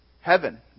heaven